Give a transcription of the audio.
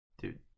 dude